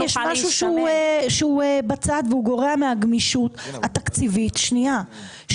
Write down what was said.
עדיין יש משהו שהוא בצד והוא גורע מהגמישות התקציבית של הממשלה.